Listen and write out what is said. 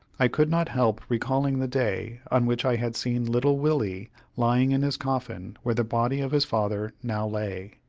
i could not help recalling the day on which i had seen little willie lying in his coffin where the body of his father now lay.